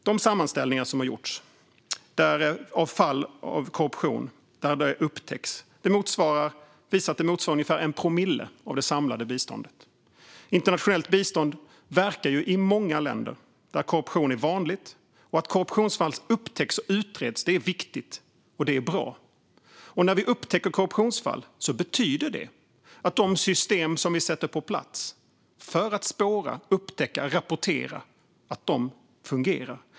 De sammanställningar som har gjorts av upptäckta fall av korruption visar att det motsvarar ungefär 1 promille av det samlade biståndet. Internationellt bistånd verkar ju i många länder där korruption är vanligt, och att korruptionsfall upptäcks och utreds är viktigt och bra. När vi upptäcker sådana fall betyder det att de system som vi sätter på plats för att spåra, upptäcka och rapportera fungerar.